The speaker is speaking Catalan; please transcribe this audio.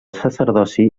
sacerdoci